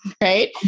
right